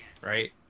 right